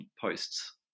posts